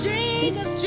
Jesus